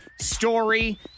story